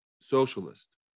socialist